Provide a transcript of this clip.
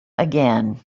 again